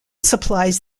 supplies